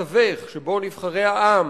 אפשר להחליף את העם.